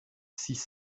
six